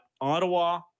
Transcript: ottawa